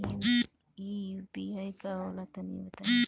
इ यू.पी.आई का होला तनि बताईं?